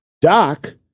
Doc